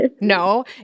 No